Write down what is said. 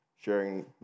sharing